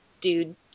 dude